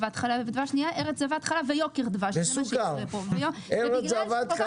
כשהחריגו מעל 100 מוצרי קוסמטיקה בהסכמה של משרד הבריאות ומשרד האוצר,